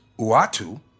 Uatu